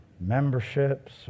memberships